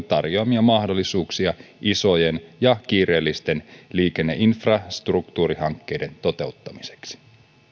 tarjoamia mahdollisuuksia isojen ja kiireellisten liikenneinfrastruktuurihankkeiden toteuttamiseksi